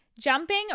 Jumping